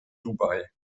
dubai